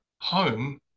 home